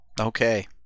Okay